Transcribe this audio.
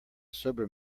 sober